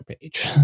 page